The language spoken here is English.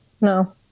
No